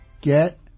get